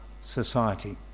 society